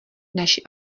naši